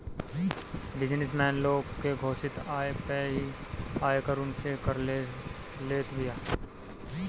business man लोग के घोषित आय पअ ही आयकर उनसे कर लेत बिया